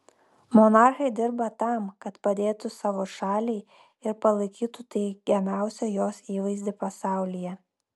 monarchai dirba tam kad padėtų savo šaliai ir palaikytų teigiamiausią jos įvaizdį pasaulyje